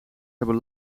hebben